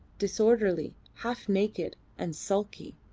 disorderly, half naked, and sulky.